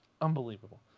Unbelievable